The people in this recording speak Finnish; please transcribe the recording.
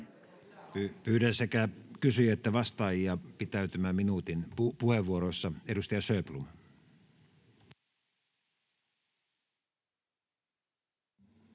Pyydän sekä kysyjiä että vastaajia pitäytymään minuutin puheenvuoroissa. — Edustaja Sjöblom. Arvoisa